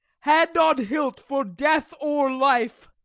hand on hilt for death or life.